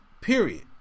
period